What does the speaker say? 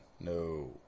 No